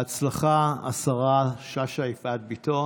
(חותמת על ההצהרה) בהצלחה, השרה יפעת שאשא ביטון.